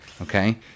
Okay